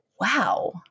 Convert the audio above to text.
wow